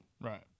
Right